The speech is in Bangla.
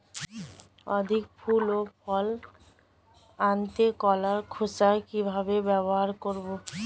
অধিক ফুল ও ফল আনতে কলার খোসা কিভাবে ব্যবহার করব?